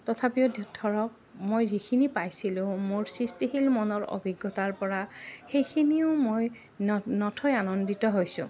তথাপিও ধৰক মই যিখিনি পাইছিলোঁ মোৰ সৃষ্টিশীল মনৰ অভিজ্ঞতাৰ পৰা সেইখিনিও মই ন নথৈ আনন্দিত হৈছোঁ